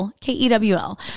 K-E-W-L